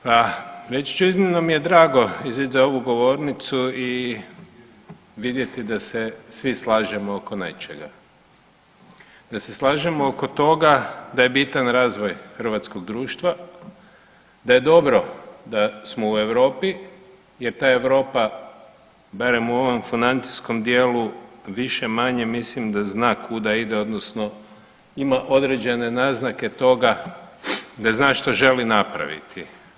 Pa reći ću iznimno mi je drago izić za ovu govornicu i vidjeti da se svi slažemo oko nečega, da se slažemo oko toga da je bitan razvoj hrvatskoj društva, da je dobro da smo u Europi jer ta Europa barem u ovom financijskom dijelu više-manje mislim da zna kuda ide odnosno ima određene naznake toga da zna što želi napraviti.